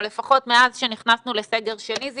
או לפחות מאז שנכנסנו לסגר שני ואגב,